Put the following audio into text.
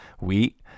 wheat